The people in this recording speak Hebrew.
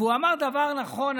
והוא אמר דבר נכון,